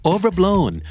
Overblown